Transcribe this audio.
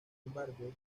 embargo